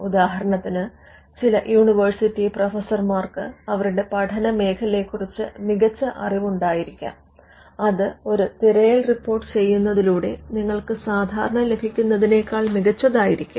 ഉദാഹരണത്തിന് ചില യൂണിവേഴ്സിറ്റി പ്രൊഫസർമാർക്ക് അവരുടെ പഠനമേഖലയെക്കുറിച്ച് മികച്ച അറിവുണ്ടായിരിക്കാം അത് ഒരു തിരയൽ റിപ്പോർട്ട് ചെയ്യുന്നതിലൂടെ നിങ്ങൾക്ക് സാധാരണ ലഭിക്കുന്നതിനേക്കാൾ മികച്ചതായിരിക്കും